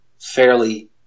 fairly